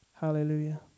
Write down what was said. Hallelujah